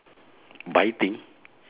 biting